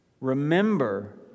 Remember